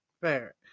Fair